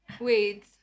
Wait